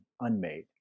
unmade